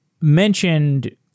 mentioned